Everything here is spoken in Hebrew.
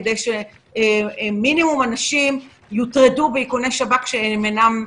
כדי שמינימום אנשים יוטרדו מאיכוני שב"כ שאינם נכונים.